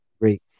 Great